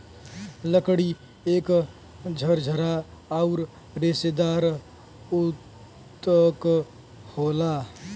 लकड़ी एक झरझरा आउर रेसेदार ऊतक होला